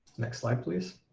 next slide please.